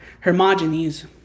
Hermogenes